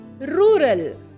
rural